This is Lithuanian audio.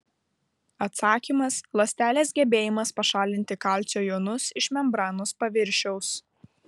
atsakymas ląstelės gebėjimas pašalinti kalcio jonus iš membranos paviršiaus